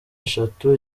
eshatu